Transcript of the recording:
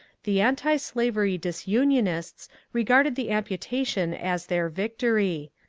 the antislavery disunionists regarded the amputation as their victory.